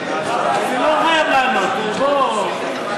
אני לא חייב לענות, בוא,